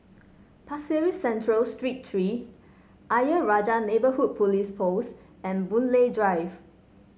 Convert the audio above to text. Pasir Ris Central Street Three Ayer Rajah Neighbourhood Police Post and Boon Lay Drive